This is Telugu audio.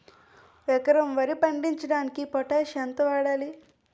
ఎకరం వరి పండించటానికి పొటాష్ ఎంత వాడాలి?